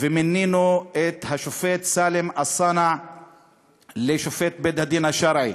ומינינו את השופט סאלם א-סאנע לשופט בית-הדין השרעי.